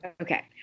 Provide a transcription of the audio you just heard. Okay